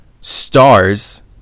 stars